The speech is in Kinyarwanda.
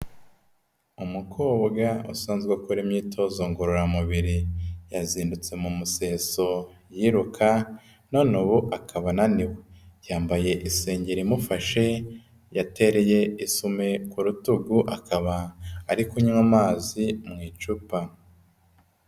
Umukobwa usanzwe akora imyitozo ngororamubiri yazindutse mu museso yiruka none ubu akaba ananiwe, yambaye isengeri imufashe yatereye isume ku rutugu akaba ari kunywa amazi mu icupa.